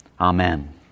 Amen